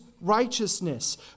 righteousness